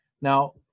Now